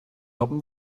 darum